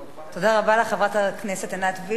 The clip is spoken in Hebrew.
תודה רבה לך, חברת הכנסת עינת וילף.